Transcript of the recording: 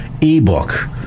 e-book